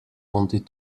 wanted